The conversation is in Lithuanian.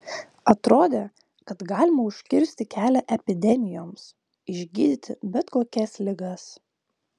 atrodė kad galima užkirsti kelią epidemijoms išgydyti bet kokias ligas